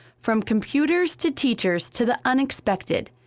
from computers to teachers to the unexpected.